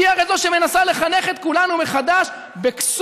היא הרי זו שמנסה לחנך את כולנו מחדש בכסות,